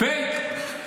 פייק.